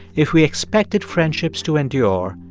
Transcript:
if we expected friendships to endure,